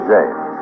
James